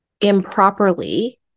improperly